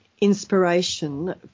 inspiration